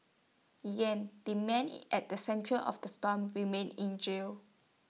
yang the man at the centre of the storm remains in jail